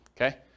okay